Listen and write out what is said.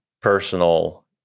personal